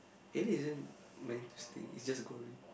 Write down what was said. actually isn't mind twisting it's just gory